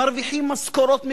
מרוויחים משכורות מבישות,